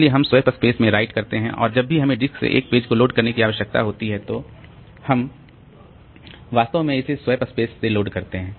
इसलिए हम swap space में राइट करते हैं और जब भी हमें डिस्क से एक पेज को लोड करने की आवश्यकता होती है तो हम वास्तव में इसे स्वैप स्पेस से लोड करते हैं